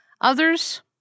Others